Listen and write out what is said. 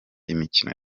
imikino